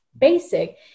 basic